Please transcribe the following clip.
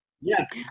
Yes